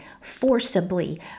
forcibly